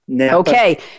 Okay